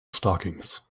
stockings